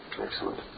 Excellent